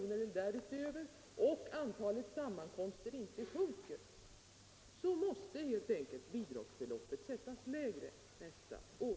eller däröver och antalet sammankomster inte sjunker, så måste bidragsbeloppet sättas lägre nästa år.